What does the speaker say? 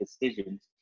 decisions